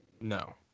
No